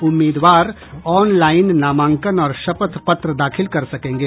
उम्मीदवार ऑनलाइन नामांकन और शपथ पत्र दाखिल कर सकेंगे